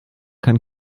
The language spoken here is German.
kann